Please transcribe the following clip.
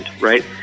right